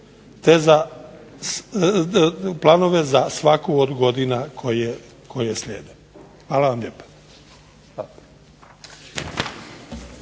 te planove za svaku od godina koje slijede. Hvala vam lijepa.